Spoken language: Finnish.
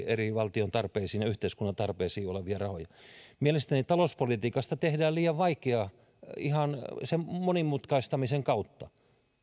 eri valtion ja yhteiskunnan tarpeisiin olevia rahoja mielestäni talouspolitiikasta tehdään liian vaikeaa ihan sen monimutkaistamisen kautta